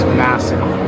massive